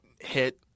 hit